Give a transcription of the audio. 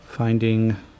Finding